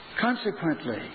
Consequently